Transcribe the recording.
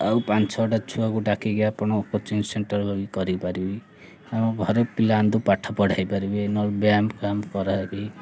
ଆଉ ପାଞ୍ଚ ଛଅଟା ଛୁଆକୁ ଡାକିକରି ଆପଣ କୋଚିଂ ସେଣ୍ଟର୍ ବି କରିପାରିବି ଆମ ଘରେ ପିଲାନ୍ତୁ ପାଠ ପଢ଼ାଇ ପାରିବେ ନେଲେ ବ୍ୟାଙ୍କ୍ କାମ କରିପାରିବି